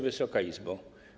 Wysoka Izbo!